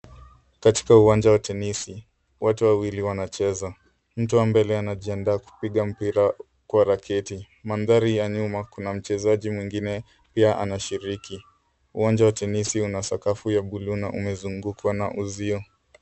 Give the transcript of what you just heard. Katika uwanja wa tenisi, watu wawili wanacheza. Mtu wa mbele anajiandaa kupiga mpira kwa raketi. Mandhari ya nyuma kuna mchezaji mwingine pia anashiriki. Uwanja wa tenisi una sakafu wa buluu na umezungukwa na uuzio.